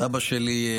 סבא שלי,